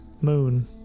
moon